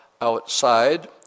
outside